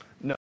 No